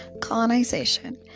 colonization